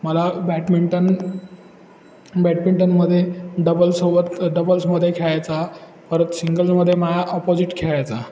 मला बॅटमिंटन बॅटमिंटनमध्ये डबल्सोबत डबल्समध्ये खेळायचा परत सिंगल्समध्ये माझ्या अपोजिट खेळायचा